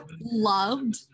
Loved